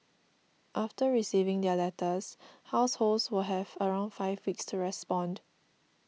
after receiving their letters households will have around five weeks to respond